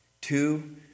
Two